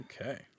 Okay